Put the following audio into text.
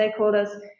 stakeholders